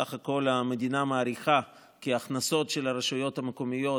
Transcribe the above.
סך הכול המדינה מעריכה את ההכנסות של הרשויות המקומיות